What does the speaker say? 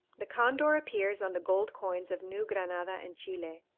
the condor appears on the gold coins of new granada and chile.